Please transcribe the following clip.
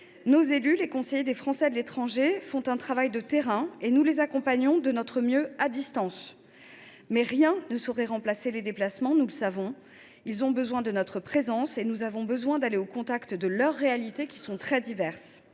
Nos élus, les conseillers des Français de l’étranger, font un travail de terrain, et nous les accompagnons de notre mieux à distance. Mais rien, nous le savons, ne saurait remplacer les déplacements. Ils ont besoin de notre présence, et nous avons besoin d’aller au contact de leurs réalités, qui sont très diverses.